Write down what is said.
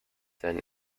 then